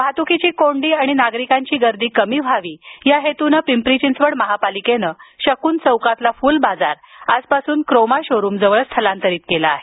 वाहतुकीची कोंडी आणि नागरिकांची गर्दी कमी व्हावी या हेतूने पिंपरी चिंचवड महापालिकेनं शगुन चौकातला फुलबाजार आजपासून क्रोमा शोरुम जवळ स्थलांतरित केला आहे